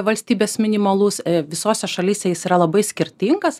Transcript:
valstybės minimalus visose šalyse yra labai skirtingas